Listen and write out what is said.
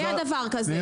היה דבר כזה.